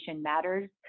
matters